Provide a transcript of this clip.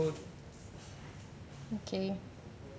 okay